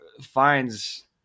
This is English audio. finds